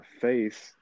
face